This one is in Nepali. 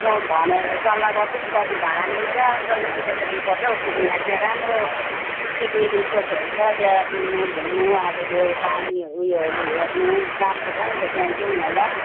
ल भनेर सल्लाह गर्छु नि कति भाडा लिन्छ गजलडुब्बा जानुपर्छ हौ पिकनिक खान त्यहाँ राम्रो पिकनिक स्पटसहरू छ त्यहाँ डुल्नु घुम्नु अब त्यो पानीहरू योहरू हेर्नु राम्रो छ नि त त्यहाँ जाऔँ न ल